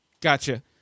Gotcha